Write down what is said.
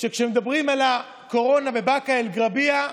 שכשמדברים על הקורונה בבאקה אל-גרבייה,